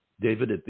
David